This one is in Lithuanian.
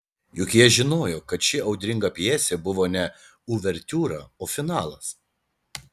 juk jie žinojo kad ši audringa pjesė buvo ne uvertiūra o finalas